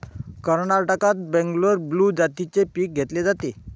कर्नाटकात बंगलोर ब्लू जातीचे पीक घेतले जाते